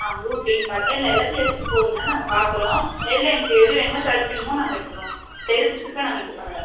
ஆ blue green காட்டு இல்லை எல்லாத்தையும் எடுத்து போடுங்கள் நாங்கள் பார்க்குறோம் எதில் எனக்கு எது வேணுமோ செலெக்ட் பண்ணுமோ நாங்கள் எடுத்துக்குறோம் எது பிடிச்சிருக்கோ நாங்கள் எடுத்துக்குறோம் மேடம்